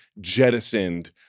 jettisoned